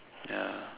ya